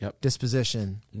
disposition